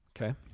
okay